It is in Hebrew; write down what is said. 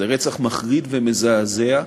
זה רצח מחריד ומזעזע,